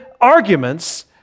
arguments